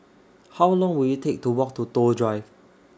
How Long Will IT Take to Walk to Toh Drive